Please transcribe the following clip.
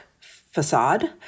facade